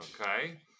okay